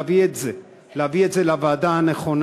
להביא את זה לוועדה הנכונה,